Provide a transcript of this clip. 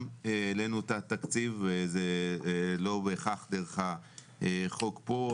גם העלינו את התקציב וזה לא בהכרח דרך החוק פה.